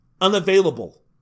unavailable